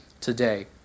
today